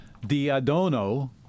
Diadono